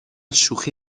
شوخی